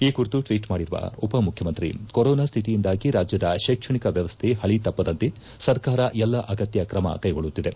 ಈ ಕುರಿತು ಟ್ವೀಟ್ ಮಾಡಿರುವ ಉಪಮುಖ್ಯಮಂತ್ರಿ ಕೋರೋನಾ ಸ್ಥಿತಿಯಿಂದಾಗಿ ರಾಜ್ಯದ ಶೈಕ್ಷಣಿಕ ವ್ಯವಸ್ಥೆ ಪಳಿ ತಪ್ಪದಂತೆ ಸರ್ಕಾರ ಎಲ್ಲ ಅಗತ್ಯ ಕ್ರಮ ಕೈಗೊಳ್ಳುತ್ತಿದೆ